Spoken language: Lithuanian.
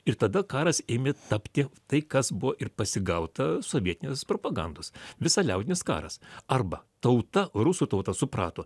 ir tada karas ėmė tapti tai kas buvo ir pasigauta sovietinės propagandos visaliaudinis karas arba tauta rusų tauta suprato